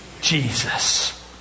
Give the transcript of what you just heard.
Jesus